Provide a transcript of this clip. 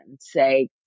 say